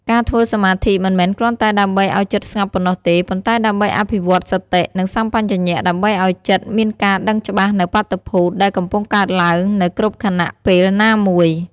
ការធ្វើសមាធិមិនមែនគ្រាន់តែដើម្បីឱ្យចិត្តស្ងប់ប៉ុណ្ណោះទេ ប៉ុន្តែដើម្បីអភិវឌ្ឍសតិ និងសម្បជញ្ញៈដើម្បីឱ្យចិត្តមានការដឹងច្បាស់នូវបាតុភូតដែលកំពុងកើតឡើងនៅគ្រប់ខណៈពេលណាមួយ។